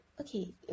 Okay